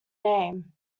name